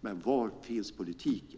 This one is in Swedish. Men var finns politiken?